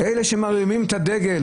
אלה שמרימים את הדגל